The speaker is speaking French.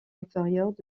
inférieures